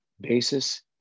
Basis